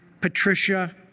Patricia